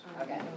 Okay